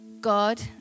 God